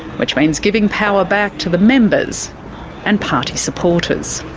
which means giving power back to the members and party supporters.